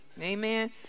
Amen